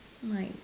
nice